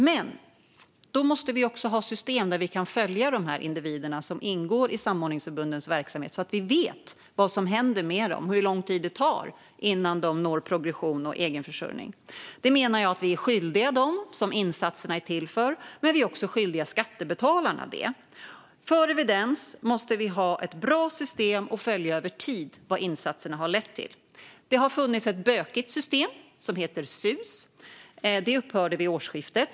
Men då måste vi också ha system där vi kan följa de individer som ingår i samordningsförbundens verksamhet, så att vi vet vad som händer med dem och hur lång tid det tar innan de når progression och egenförsörjning. Det menar jag att vi är skyldiga dem som insatserna är till för. Men vi är också skyldiga skattebetalarna det. För evidens måste vi ha ett bra system för att över tid följa vad insatserna har lett till. Det har funnits ett bökigt system som heter SUS. Det upphörde vid årsskiftet.